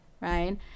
right